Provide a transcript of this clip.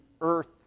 Earth